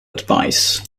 advice